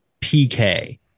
PK